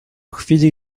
chwili